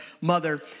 mother